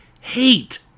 hate